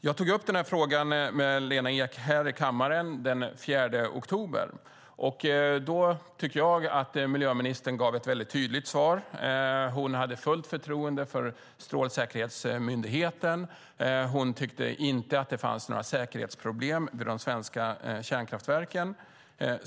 Jag tog upp den här frågan med Lena Ek i kammaren den 4 oktober. Då tyckte jag att miljöministern gav ett väldigt tydligt svar. Hon hade fullt förtroende för Strålsäkerhetsmyndigheten. Hon tyckte inte att det fanns några säkerhetsproblem vid de svenska kärnkraftverken.